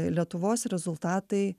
lietuvos rezultatai